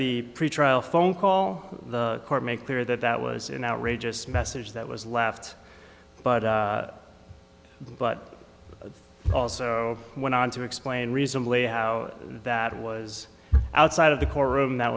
the pretrial phone call the court make clear that that was an outrageous message that was left but but also went on to explain reasonably how that was outside of the courtroom that